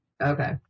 Okay